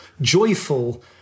joyful